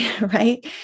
right